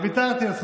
כן.